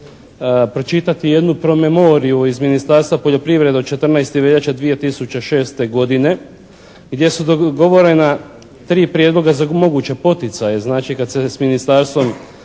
pročitati jednu promemoriju iz Ministarstva poljoprivrede od 14. veljače 2006. godine gdje su dogovorena 3 prijedloga za moguće poticaje. Znači, kad se s ministarstvom